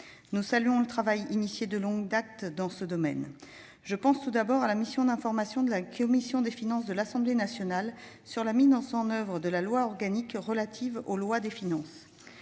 Nous saluons le travail accompli de longue date dans ce domaine. Je pense tout d'abord à la mission d'information de la commission des finances de l'Assemblée nationale sur la mise en oeuvre de la loi organique relative aux lois de finances.